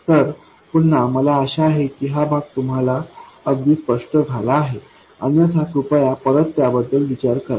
तर पुन्हा मला आशा आहे की हा भाग तुम्हाला अगदी स्पष्ट झाला आहे अन्यथा कृपया परत त्याबद्दल विचार करा